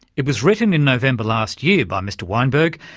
it was written in november last year by mr weinberg,